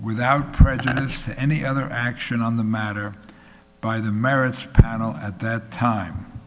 without prejudice to any other action on the matter by the merits panel at that time